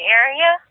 area